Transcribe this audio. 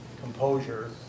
composure